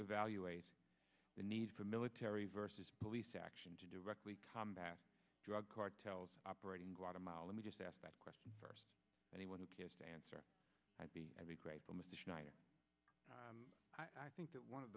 evaluate the need for military versus police action to directly combat drug cartels operating in guatemala let me just ask that question for anyone who cares to answer i'd be grateful mr schneider i think that one of